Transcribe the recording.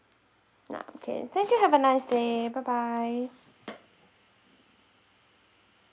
ya okay thank you have a nice day bye bye